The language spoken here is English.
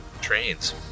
Trains